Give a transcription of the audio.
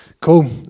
cool